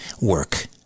work